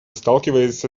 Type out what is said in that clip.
сталкиваемся